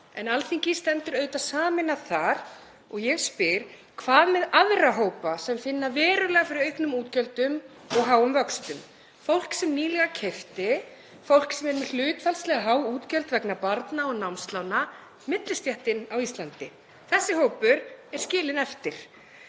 Alþingi stendur auðvitað sameinað þar og ég spyr: Hvað með aðra hópa sem finna verulega fyrir auknum útgjöldum og háum vöxtum; fólk sem nýlega keypti, fólk sem er með hlutfallslega há útgjöld vegna barna og námslána, millistéttin á Íslandi? Þessi hópur er skilinn eftir.